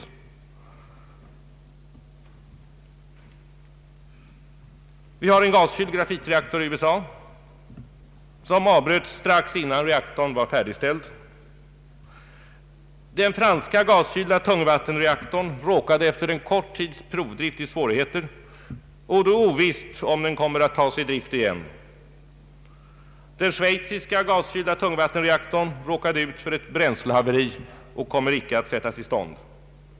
Arbetet med en gaskyld grafitreaktor i USA avbröts strax innan reaktorn var färdigställd. Den franska gaskylda tung vattenreaktorn råkade efter en kort tids provdrift i svårigheter, och det är ovisst om den kommer att tas i drift igen. Den schweiziska gaskylda tungvattenreaktorn råkade ut för ett bränslehaveri och kommer icke att sättas i stånd.